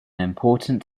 important